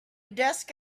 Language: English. desk